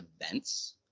events